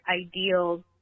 ideals